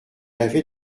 avait